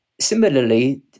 similarly